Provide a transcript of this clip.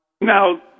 Now